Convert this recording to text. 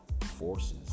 forces